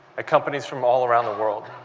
at companies from all around the world.